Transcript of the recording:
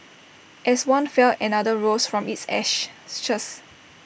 as one fell another rose from its ashes